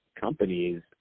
companies